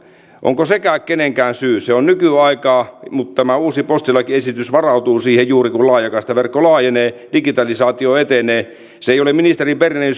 onko sekään kenenkään syy se on nykyaikaa mutta tämä uusi postilakiesitys varautuu juuri siihen että laajakaistaverkko laajenee ja digitalisaatio etenee se ei ole ministeri bernerin